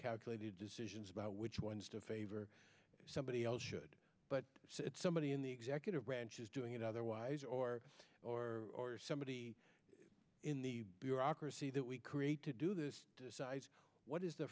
calculated decisions about which ones to favor somebody else should but somebody in the executive branch is doing it otherwise or or somebody in the bureaucracy that we create to do this what is the